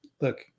Look